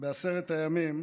בעשרת הימים,